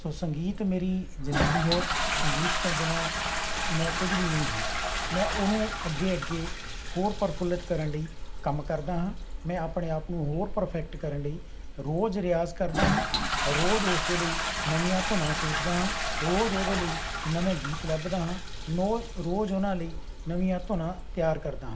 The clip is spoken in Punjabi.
ਸੋ ਸੰਗੀਤ ਮੇਰੀ ਜ਼ਿੰਦਗੀ ਹੈ ਸੰਗੀਤ ਤੋਂ ਬਿਨਾਂ ਮੈਂ ਕੁਝ ਵੀ ਨਹੀਂ ਹਾਂ ਮੈਂ ਉਹਨੂੰ ਅੱਗੇ ਅੱਗੇ ਹੋਰ ਪ੍ਰਫੁਲਿਤ ਕਰਨ ਲਈ ਕੰਮ ਕਰਦਾ ਹਾਂ ਮੈਂ ਆਪਣੇ ਆਪ ਨੂੰ ਹੋਰ ਪਰਫੈਕਟ ਕਰਨ ਲਈ ਰੋਜ਼ ਰਿਆਜ਼ ਕਰਦਾ ਹਾਂ ਰੋਜ਼ ਉਸ ਦੇ ਲਈ ਨਵੀਆਂ ਧੁਨਾਂ ਸੋਚਦਾ ਹਾਂ ਰੋਜ਼ ਉਹਦੇ ਲਈ ਨਵੇਂ ਗੀਤ ਲੱਭਦਾ ਹਾਂ ਨੋਜ ਰੋਜ਼ ਉਹਨਾਂ ਲਈ ਨਵੀਆਂ ਧੁਨਾਂ ਤਿਆਰ ਕਰਦਾ ਹਾਂ